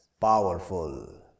Powerful